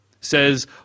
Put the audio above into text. says